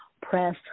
press